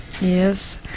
Yes